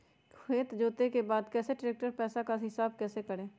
खेत जोते के बाद कैसे ट्रैक्टर के पैसा का हिसाब कैसे करें?